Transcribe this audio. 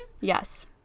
Yes